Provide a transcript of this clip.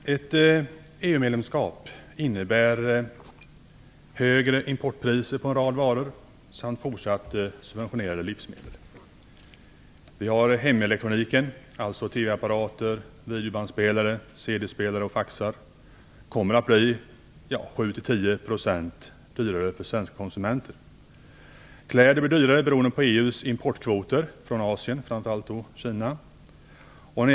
Herr talman! Ett EU-medlemskap innebär högre importpriser på en rad varor samt fortsatt subventionerade livsmedel. Hemelektroniken, dvs. TV-apparater, videobandspelare, CD-spelare och faxar, kommer att bli 7-10 % dyrare för svenska konsumenter. På grund av EU:s importkvoter från Asien, framför allt Kina, blir kläder dyrare.